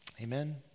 Amen